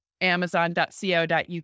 amazon.co.uk